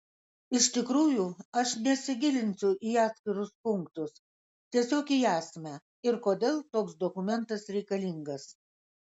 iš tikrųjų aš nesigilinsiu į atskirus punktus tiesiog į esmę ir kodėl toks dokumentas reikalingas